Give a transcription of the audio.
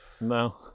No